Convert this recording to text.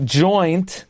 joint